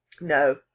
No